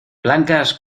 blancas